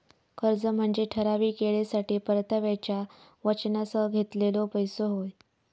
कर्ज म्हनजे ठराविक येळेसाठी परताव्याच्या वचनासह घेतलेलो पैसो होय